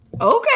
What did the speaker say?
okay